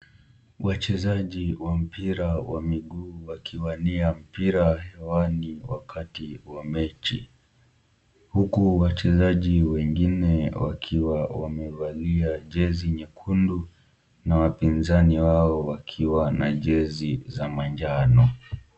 Wachezaji wa mpira wa miguu wakiwania mpira hewani wakati wa mechi huku wachezaji wengine wakiwa wamevalia jezi nyekundu na wapinzani wao wakiwa na jezi za manjano.